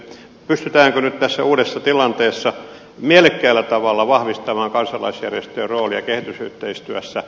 pystytäänkö nyt tässä uudessa tilanteessa mielekkäällä tavalla vahvistamaan kansalaisjärjestöjen roolia kehitysyhteistyössä